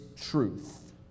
truth